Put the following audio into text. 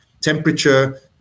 Temperature